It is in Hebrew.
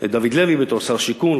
את דוד לוי בתור שר השיכון,